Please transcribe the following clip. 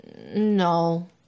No